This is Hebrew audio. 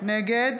נגד